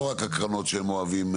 לא רק הקרנות שהם אוהבים,